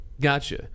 Gotcha